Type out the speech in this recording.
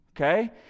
okay